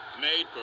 made